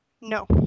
No